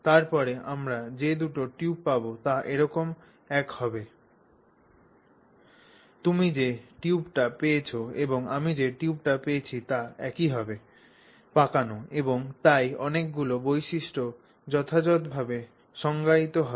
তারপরে আমরা যে দুটি টিউব পাব তা একদম এক হবে তুমি যে টিউবটি পেয়েছ এবং আমি যে টিউবটি পেয়েছি তা একই ভাবে পাকানো এবং তাই অনেকগুলি বৈশিষ্ট্য যথাযথভাবে সংজ্ঞায়িত হবে